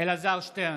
אלעזר שטרן,